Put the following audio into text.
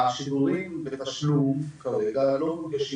השידורים בתשלום כרגע הם לא מונגשים